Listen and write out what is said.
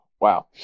Wow